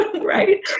Right